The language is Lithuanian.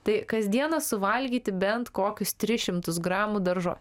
tai kas dieną suvalgyti bent kokius tris šimtus gramų daržovių